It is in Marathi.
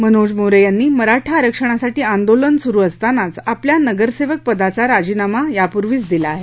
मनोज मोरे यांनी मराठा आरक्षणासाठी आंदोलन सुरू असतांनाच आपल्या नगरसेवक पदाचा राजीनामा यापुर्वींच दिला आहे